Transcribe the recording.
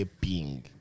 ping